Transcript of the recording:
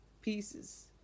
pieces